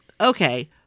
Okay